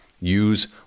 Use